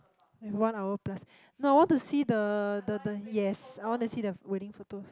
one hour plus no I want to see the the the yes I want to see the wedding photos